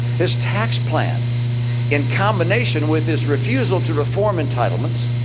his tax plan in combination with his refusal to reform entitlements,